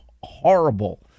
horrible